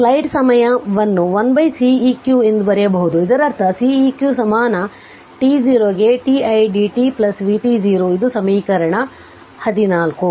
slide ಸಮಯ ಅನ್ನು 1Ceq ಎಂದು ಬರೆಯಬಹುದು ಇದರರ್ಥ Ceq ಸಮಾನ t0 ಗೆ t it dt vt0 ಇದು ಸಮೀಕರಣ 14